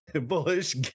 bullish